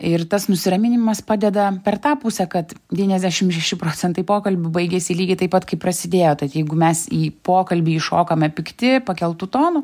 ir tas nusiraminimas padeda per tą pusę kad devyniasdešim šeši procentai pokalbių baigiasi lygiai taip pat kaip prasidėjo tad jeigu mes į pokalbį įšokome pikti pakeltu tonu